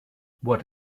what